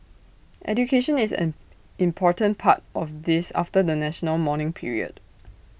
education is an important part of this after the national mourning period